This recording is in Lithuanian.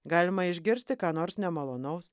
galima išgirsti ką nors nemalonaus